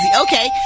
Okay